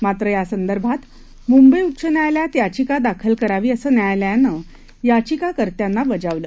मात्र यासंदर्भात मुंबई उच्च न्यायालयात याचिका दाखल करावी असं न्यायालयानं याचिकाकर्त्याला बजावलं